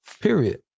period